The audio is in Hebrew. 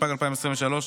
התשפ"ג 2023,